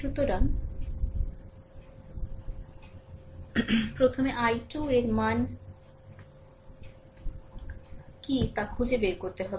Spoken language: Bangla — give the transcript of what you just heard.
সুতরাং প্রথমে I2 এর মান কী তা খুঁজে বের করতে হবে